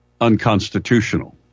unconstitutional